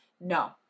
No